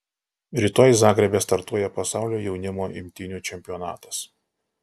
rytoj zagrebe startuoja pasaulio jaunimo imtynių čempionatas